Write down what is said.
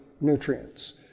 Nutrients